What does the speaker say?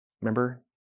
Remember